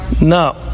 No